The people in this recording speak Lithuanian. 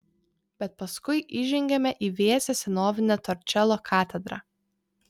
bet paskui įžengiame į vėsią senovinę torčelo katedrą